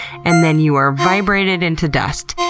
and then you are vibrated into dust.